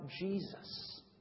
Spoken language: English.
Jesus